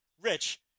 Rich